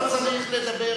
לא צריך לדבר,